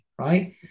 right